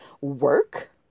work